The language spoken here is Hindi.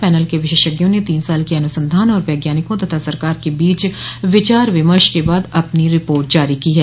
पैनल के विशेषज्ञों ने तीन साल के अनुसंधान और वैज्ञानिकों तथा सरकार के बीच विचार विमर्श के बाद अपनी रिपोर्ट जारी की है